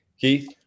Keith